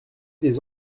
des